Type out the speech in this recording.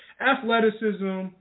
athleticism